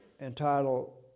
entitled